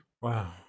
Wow